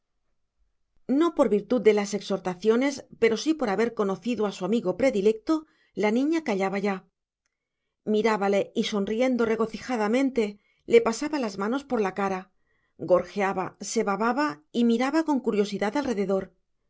no por virtud de las exhortaciones pero sí por haber conocido a su amigo predilecto la niña callaba ya mirábale y sonriendo regocijadamente le pasaba las manos por la cara gorjeaba se bababa y miraba con curiosidad alrededor